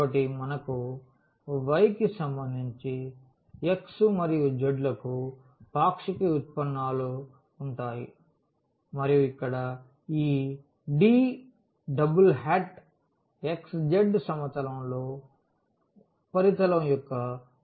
కాబట్టి మనకు y సంబంధించి x మరియు z లకు పాక్షిక వ్యుత్పన్నాలు ఉంటాయి మరియు ఇక్కడ ఈ D xz సమతలంలో ఉపరితలం యొక్క విక్షేపం అవుతుంది